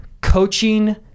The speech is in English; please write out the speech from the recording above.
coaching